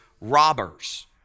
robbers